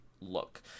look